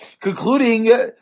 concluding